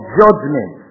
judgment